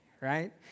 right